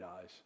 eyes